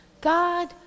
God